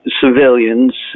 civilians